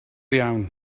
iawn